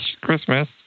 Christmas